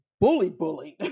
bully-bullied